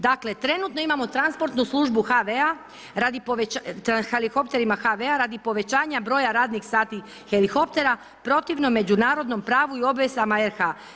Dakle, trenutno imamo transportnu službu helikopterima HV-a, radi povećanja broja radnih sati helikoptera protivno međunarodnom pravu i obvezama RH.